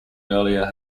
earlier